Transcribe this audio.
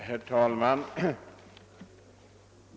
Herr talman!